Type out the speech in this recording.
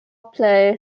plej